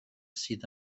sydd